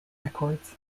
records